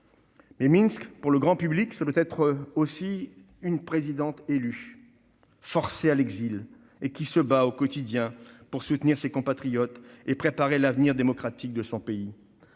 nom. Minsk, pour le grand public, c'est aussi une présidente élue, forcée à l'exil, et qui se bat au quotidien pour soutenir ses compatriotes et préparer l'avenir démocratique de son pays.